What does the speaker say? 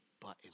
button